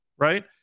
Right